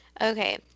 Okay